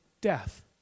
death